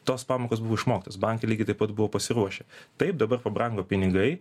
tos pamokos buvo išmoktos banke lygiai taip pat buvo pasiruošę taip dabar pabrango pinigai